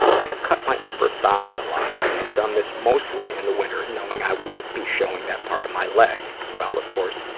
i had cut my upper thighs a lot and had done this mostly in the winter, knowing i wouldn't be showing that part of my leg. well, of course,